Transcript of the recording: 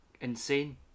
Insane